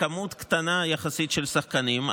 למספר קטן יחסית של שחקנים,